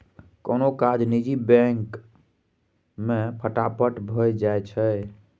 कोनो काज निजी बैंक मे फटाफट भए जाइ छै